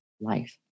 life